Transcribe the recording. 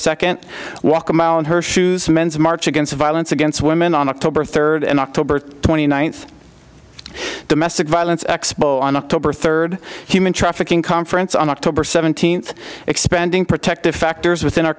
second walk a mile in her shoes men's march against violence against women on october third and october twenty ninth domestic violence expo on october third human trafficking conference on october seventeenth expanding protective factors within our